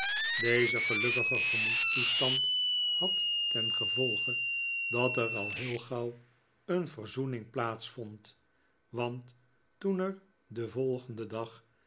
deze gelukkige gemoedstoestand had ten gevolge dat er al heel gauw een verzoening plaats vond want toen er den volgenden dag